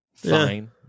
fine